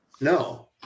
No